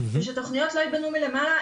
ושתכניות לא ייבנו מלמעלה,